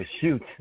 shoot